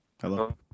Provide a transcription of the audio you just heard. Hello